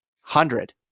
hundred